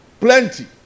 Plenty